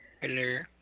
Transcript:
Hello